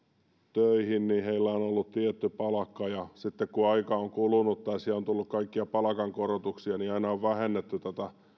töihin niin heillä on ollut tietty palkka ja sitten kun aika on kulunut tai on tullut kaikkia palkankorotuksia niin aina on vähennetty tuota